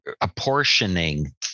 apportioning